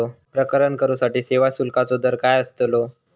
प्रकरण करूसाठी सेवा शुल्काचो दर काय अस्तलो?